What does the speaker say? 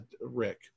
Rick